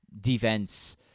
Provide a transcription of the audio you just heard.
defense